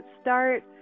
start